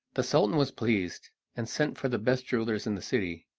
the sultan was pleased, and sent for the best jewelers in the city.